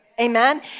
Amen